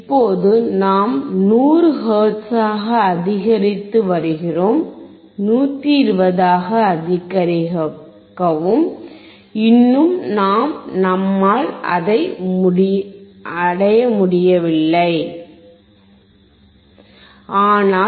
இப்போது நாம் 100 ஹெர்ட்ஸாக அதிகரித்து வருகிறோம் 120 ஆக அதிகரிக்கவும் இன்னும் நாம் நம்மால் அதை முடியாது